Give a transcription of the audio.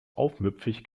aufmüpfig